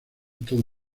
todo